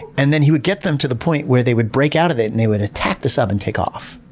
and then he would get them to the point where they would break out of it and they would attack the sub and take off.